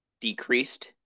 decreased